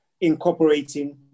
incorporating